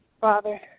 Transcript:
Father